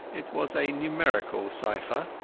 it was a numerical cypher,